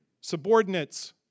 subordinates